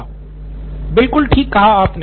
सिद्धार्थ मटूरी बिल्कुल ठीक कहा आपने